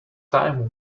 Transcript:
time